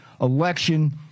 election